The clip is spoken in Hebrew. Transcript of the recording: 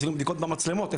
עשינו בדיקות במצלמות,